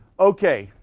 okay,